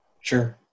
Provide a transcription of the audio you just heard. Sure